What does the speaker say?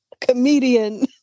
comedian